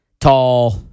tall